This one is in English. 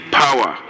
power